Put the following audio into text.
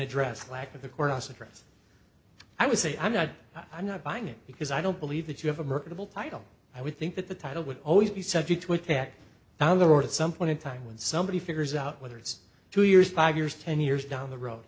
address lack of the courthouse address i would say i'm not i'm not buying it because i don't believe that you have a marketable title i would think that the title would always be subject to attack on the world at some point in time when somebody figures out whether it's two years five years ten years down the road